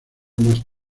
más